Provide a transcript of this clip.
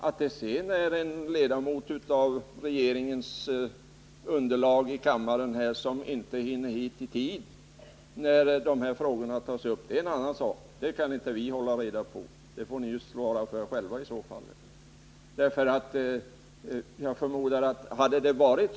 Att det sedan är så att den av regeringens riksdagsledamöter som känner till underlaget för det här förslaget inte hinner hit i tid för att delta när dessa frågor beslutas, det är en annan sak. Sådant kan vi inte ta hänsyn till, utan det får ni svara för själva.